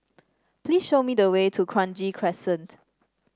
please show me the way to Kranji Crescent